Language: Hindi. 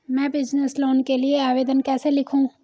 मैं बिज़नेस लोन के लिए आवेदन कैसे लिखूँ?